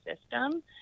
system